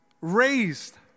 raised